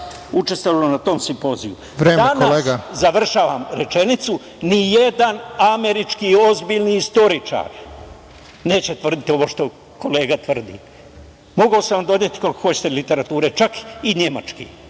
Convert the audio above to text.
učestvovalo na tom simpozijumu. Danas nijedan američki ozbiljni istoričar neće tvrditi ovo što kolega tvrdi. Mogao sam vam doneti koliko hoćete literature, čak i nemačke.